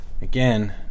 Again